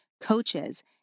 coaches